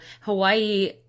Hawaii